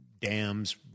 dams